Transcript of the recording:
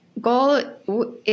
goal